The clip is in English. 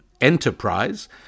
enterprise